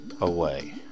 away